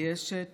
מתביישת